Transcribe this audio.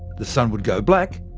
the sun would go black.